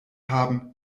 haben